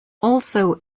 also